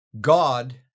God